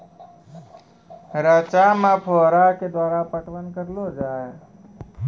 रचा मे फोहारा के द्वारा पटवन करऽ लो जाय?